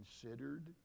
considered